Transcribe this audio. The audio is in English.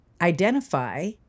identify